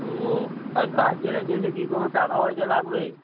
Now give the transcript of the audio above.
ও আর গার্জেনের জন্যে কি কোনো টাকা পয়সা লাগবে